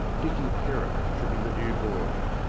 dicky perrott should be the new boy.